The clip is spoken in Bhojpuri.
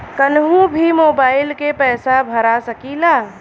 कन्हू भी मोबाइल के पैसा भरा सकीला?